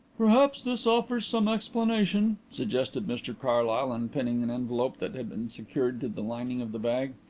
perhaps this offers some explanation, suggested mr carlyle, unpinning an envelope that had been secured to the lining of the bag.